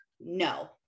No